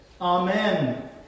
amen